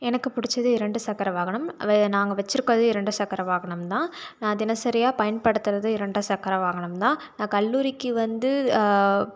எனக்குப் பிடிச்சது இரண்டு சக்கர வாகனம் அவ நாங்கள் வச்சுருப்பது இரண்டு சக்கர வாகனம்தான் நான் தினசரியாக பயன்படுத்துவது இரண்டு சக்கர வாகனம்தான் நான் கல்லூரிக்கு வந்து